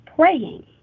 praying